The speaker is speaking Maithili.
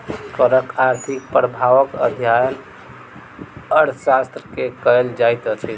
करक आर्थिक प्रभावक अध्ययन अर्थशास्त्र मे कयल जाइत अछि